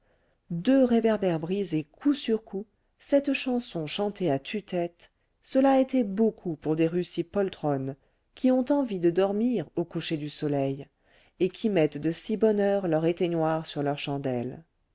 deux réverbères brisés coup sur coup cette chanson chantée à tue-tête cela était beaucoup pour des rues si poltronnes qui ont envie de dormir au coucher du soleil et qui mettent de si bonne heure leur éteignoir sur leur chandelle